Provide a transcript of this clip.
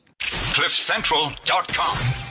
Cliffcentral.com